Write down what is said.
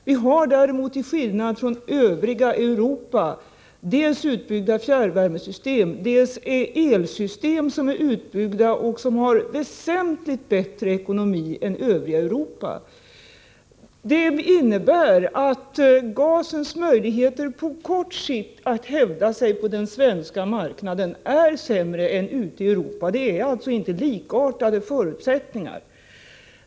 Vi har däremot, till skillnad från övriga Europa, dels utbyggda fjärrvärmesystem, dels elsystem som är utbyggda och som har väsentligt bättre ekonomi än de som finns i övriga Europa. Det innebär att gasens möjligheter att på kort sikt hävda sig på den svenska marknaden är sämre än ute i Europa. Det finns alltså inte likartade förutsättningar.